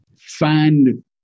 find